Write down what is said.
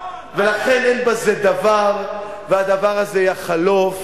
ולכן אין בזה דבר, והדבר הזה יחלוף,